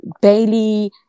Bailey